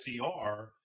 SDR